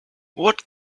what